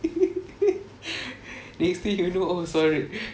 the next thing you know oh sorry